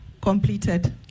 completed